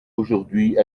aujourd’hui